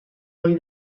ohi